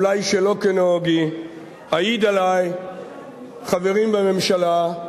אולי שלא כנוהגי: אעיד עלי חברים בממשלה,